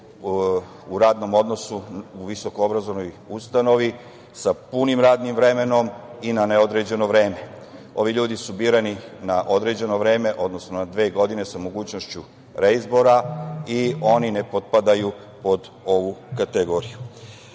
u radnom odnosu u visokoobrazovnoj ustanovi sa punim radnim vremenom i na neodređeno vreme. Ovi ljudi su birani na određeno vreme, odnosno na dve godine sa mogućnošću reizbora i oni ne potpadaju pod ovu kategoriju.Međutim,